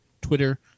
Twitter